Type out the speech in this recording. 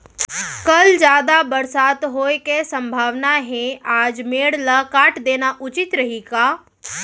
कल जादा बरसात होये के सम्भावना हे, आज मेड़ ल काट देना उचित रही का?